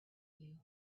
you